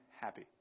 happy